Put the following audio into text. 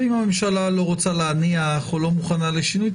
אם הממשלה לא רוצה להניח או לא מוכנה לשינוי,